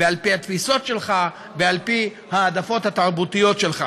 על פי התפיסות שלך ועל פי ההעדפות התרבותיות שלך.